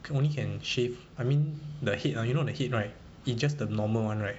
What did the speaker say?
only can shave I mean the head uh you know the head right it just the normal [one] right